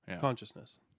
Consciousness